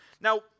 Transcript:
Now